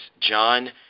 John